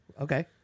Okay